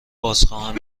بازخواهم